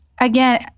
again